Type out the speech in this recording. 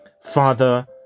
Father